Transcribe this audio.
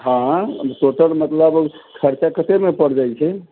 हँ टोटल मतलब खर्चा कते ओहिमे पर जाइ छै